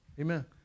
Amen